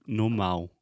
normal